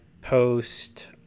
post